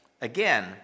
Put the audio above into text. Again